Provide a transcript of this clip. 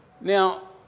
Now